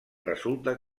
resulta